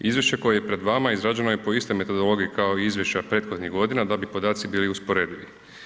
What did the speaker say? Izvješće koje je pred vama izrađeno je po istoj metodologiji kao i izvješća prethodnih godina da bi podaci bili usporedivi.